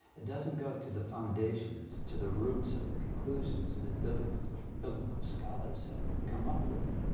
it doesn't go to the foundations, to the roots of the conclusions. that biblical biblical scholars have come up with.